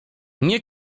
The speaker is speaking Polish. nie